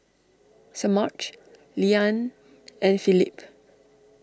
Semaj Leann and Philip